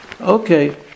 Okay